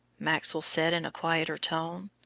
maxwell said in a quieter tone.